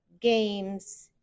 games